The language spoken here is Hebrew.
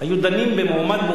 היו דנים מועמד-מועמד,